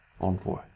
envoy